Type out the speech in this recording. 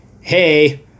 hey